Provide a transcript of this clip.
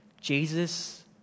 Jesus